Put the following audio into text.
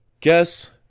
guess